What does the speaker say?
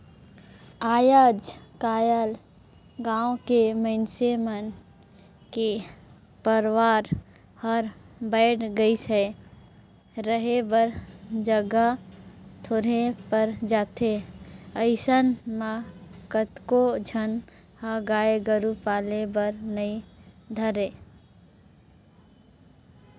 आयज कायल गाँव के मइनसे मन के परवार हर बायढ़ गईस हे, रहें बर जघा थोरहें पर जाथे अइसन म कतको झन ह गाय गोरु पाले बर नइ धरय